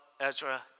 Ezra